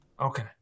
Okay